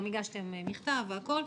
גם הגשתם מכתב והכול,